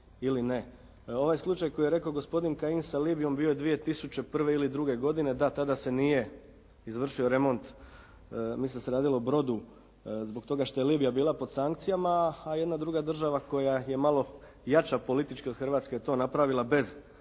ili ne? Ovaj slučaj koji je rekao gospodin Kajin sa Libijom bio je 2001. ili 2001. godine. Da, tada se nije izvršio remont, mislim da se radilo o brodu zbog toga što je Libija bila pod sankcijama, a jedna druga država koja je malo jača politički od Hrvatske je to napravila bez nekakvih